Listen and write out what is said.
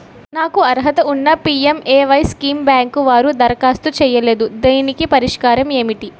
నాకు అర్హత ఉన్నా పి.ఎం.ఎ.వై స్కీమ్ బ్యాంకు వారు దరఖాస్తు చేయలేదు దీనికి పరిష్కారం ఏమిటి?